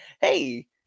Hey